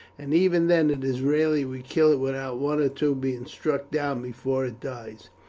and even then it is rarely we kill it without one or two being struck down before it dies.